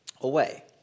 away